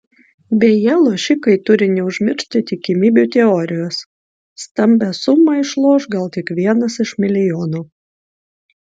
beje lošikai turi neužmiršti tikimybių teorijos stambią sumą išloš gal tik vienas iš milijono